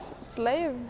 Slave